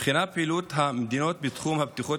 נבחנה פעילות המדינות בתחום הבטיחות